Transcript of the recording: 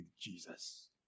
Jesus